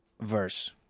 Verse